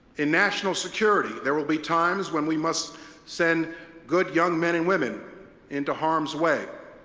in national security, there will be times when we must send good young men and women into harm's way.